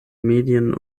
medien